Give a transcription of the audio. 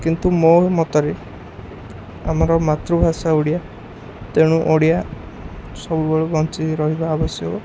କିନ୍ତୁ ମୋ ମତରେ ଆମର ମାତୃଭାଷା ଓଡ଼ିଆ ତେଣୁ ଓଡ଼ିଆ ସବୁବେଳେ ବଞ୍ଚି ରହିବା ଆବଶ୍ୟକ